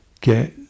get